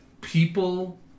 people